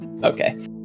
Okay